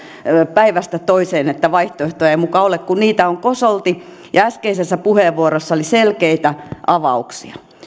päivästä toiseen että vaihtoehtoja ei muka ole kun niitä on kosolti ja äskeisessä puheenvuorossa oli selkeitä avauksia